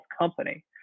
company